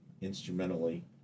instrumentally